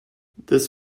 this